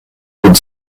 could